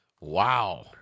Wow